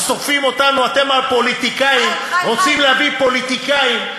אז תוקפים אותנו: אתם הפוליטיקאים רוצים להביא פוליטיקאי.